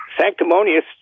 sanctimonious